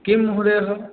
किं महोदयः